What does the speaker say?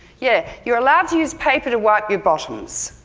yeah, you're allowed to use paper to wipe your bottoms!